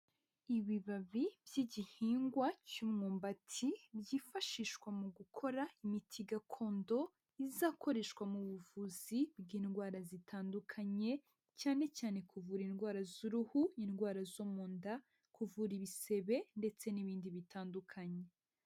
Ibibabi by'igihingwa cy'umwumbati byifashishwa mu gukora imiti gakondo izakoreshwa mu buvuzi bw'indwara zitandukanye, cyane cyane kuvura indwara z'uruhu, indwara zo mu nda, kuvura ibisebe ndetse n'ibindi bitandukanye.